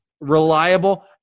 reliable